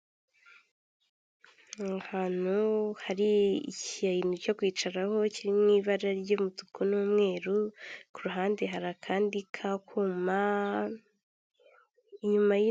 Ni ahantu hari ikintu cyo kwicaraho kiri mu ibara ry'umutuku n'umweru, ku ruhande hari akandi kakuma inyuma y'inzu.